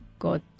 God